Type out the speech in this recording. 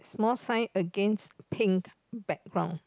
small sign against pink background